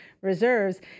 reserves